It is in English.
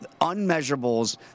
unmeasurables